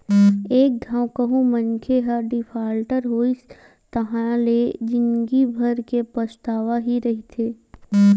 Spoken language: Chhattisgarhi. एक घांव कहूँ मनखे ह डिफाल्टर होइस ताहाँले ले जिंदगी भर के पछतावा ही रहिथे